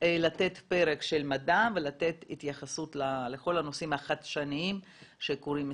לתת פרק של מדע ולתת התייחסות לכל הנושאים החדשניים שקורים מסביב.